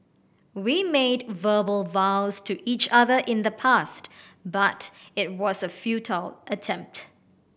we made verbal vows to each other in the past but it was a futile attempt